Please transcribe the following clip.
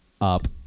up